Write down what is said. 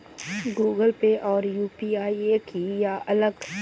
Google Pay और UPI एक ही है या अलग?